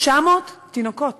900 תינוקות